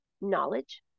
knowledge